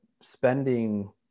spending